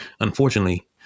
Unfortunately